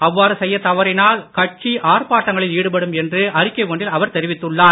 அவ்வாறு செய்யத் தவறினால் கட்சி ஆர்ப்பாட்டங்களில் ஈடுபடும் என்று அறிக்கை ஒன்றில் அவர் தெரிவித்துள்ளார்